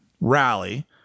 Rally